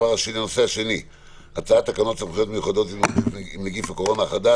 שלום לכולם, אני מתכבד לפתוח את ישיבת הוועדה.